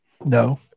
No